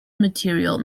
material